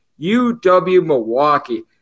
UW-Milwaukee